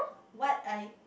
what I